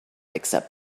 accept